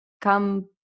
come